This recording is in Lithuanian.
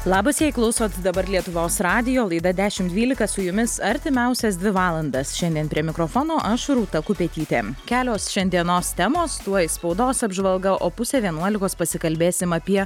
labas jei klausot dabar lietuvos radijo laida dešimt dvylika su jumis artimiausias dvi valandas šiandien prie mikrofono aš rūta kupetytė kelios šiandienos temos tuoj spaudos apžvalga o pusė vienuolikos pasikalbėsim apie